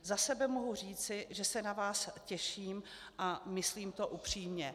Za sebe mohu říci, že se na vás těším, a myslím to upřímně.